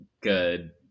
good